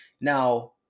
Now